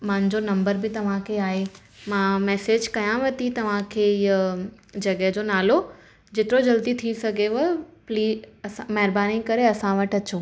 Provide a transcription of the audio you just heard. मांजो नंबर बि तव्हांखे आहे मां मैसेज कयांव थी तव्हांखे इहा जॻह जो नालो जेतिरो जल्दी थी सघेव प्लीज़ महिरबानी करे असां वटि अचो